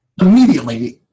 immediately